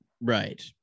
right